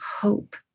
hope